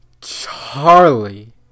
Charlie